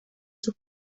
sus